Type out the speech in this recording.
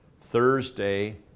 Thursday